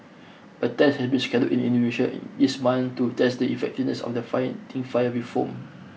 a test has been scheduled in Indonesia this month to test the effectiveness of the fighting fire with foam